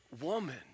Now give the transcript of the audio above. woman